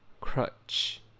Crutch